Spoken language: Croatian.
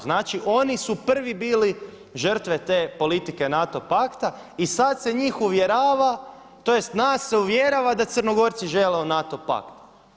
Znači oni su prvi bili žrtve te politike NATO pakta i sada se njih uvjerava tj. nas se uvjerava da Crnogorci žele u NATO pakt.